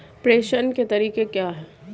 प्रेषण के तरीके क्या हैं?